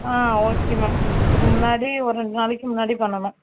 okay ma'am இதுக்கு முன்னாடி ஒரு ரெண்டு நாளைக்கு முன்னாடி பண்ணணும்